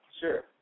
Sure